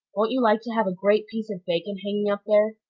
won't you like to have a great piece of bacon hanging up there,